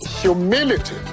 Humility